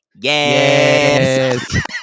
Yes